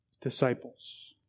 disciples